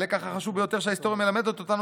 הלקח החשוב ביותר שההיסטוריה מלמדת אותנו,